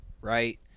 right